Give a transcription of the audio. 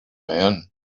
man